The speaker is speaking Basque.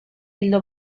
ildo